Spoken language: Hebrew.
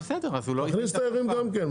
תכניס תיירים גם כן.